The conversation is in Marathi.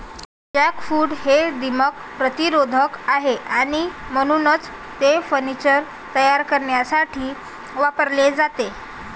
जॅकफ्रूट हे दीमक प्रतिरोधक आहे आणि म्हणूनच ते फर्निचर तयार करण्यासाठी वापरले जाते